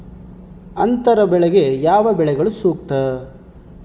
ಅಂತರ ಬೆಳೆಗೆ ಯಾವ ಬೆಳೆಗಳು ಸೂಕ್ತ?